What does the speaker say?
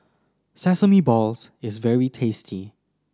sesame balls is very tasty